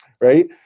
Right